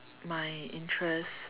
my interest